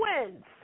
wins